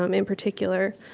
um in particular.